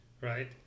Right